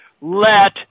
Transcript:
let